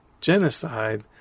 genocide